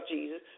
Jesus